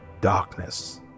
darkness